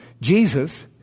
Jesus